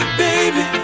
baby